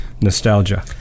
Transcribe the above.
nostalgia